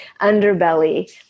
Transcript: underbelly